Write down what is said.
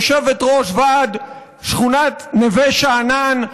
יושבת-ראש ועד שכונת נווה שאנן,